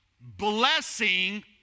blessing